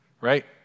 right